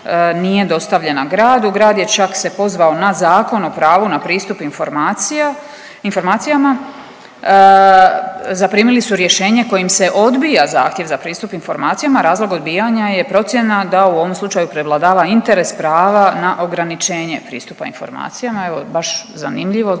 nije dostavljena gradu. Grad je čak se pozvao na Zakon o pravu na pristup informacija, informacijama. Zaprimili su rješenje kojim se odbija zahtjev za pristup informacijama. Razlog odbijanja je procjena da u ovom slučaju prevladava interes prava na ograničenje pristupa informacijama, evo baš zanimljivo, dakle